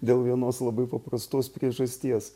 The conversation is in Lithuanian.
dėl vienos labai paprastos priežasties